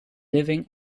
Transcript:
living